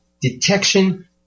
detection